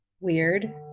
weird